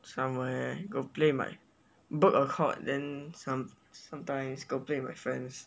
somewhere go play my book a court then some sometimes go play with my friends